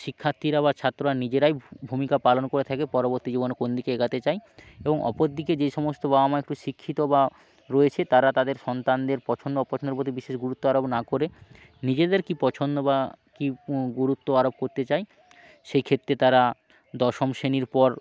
শিক রা বা ছাত্ররা নিজেরাই ভূমিকা পালন করে থাকে পরবর্তী জীবন কোন দিকে এগাতে চায় এবং অপরদিকে যে সমস্ত বাবা মা একটু শিক্ষিত বা রয়েছে তারা তাদের সন্তানদের পছন্দ অপছন্দের প্রতি বিশেষ গুরুত্ব আরোপ না করে নিজেদের কী পছন্দ বা কী গুরুত্ব আরোপ কঢ়তে চায় সেক্ষেত্তে তারা দশম শ্রেণীর পর